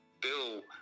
Bill